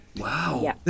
Wow